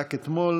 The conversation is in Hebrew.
רק אתמול